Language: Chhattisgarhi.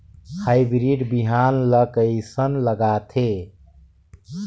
हाईब्रिड बिहान ला कइसन लगाथे?